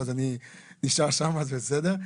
אז אני נשאר שם אז בסדר.